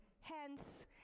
hence